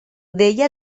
deia